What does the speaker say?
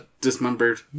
dismembered